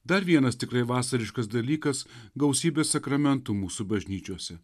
dar vienas tikrai vasariškas dalykas gausybė sakramentų mūsų bažnyčiose